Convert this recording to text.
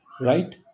Right